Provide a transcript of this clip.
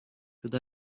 could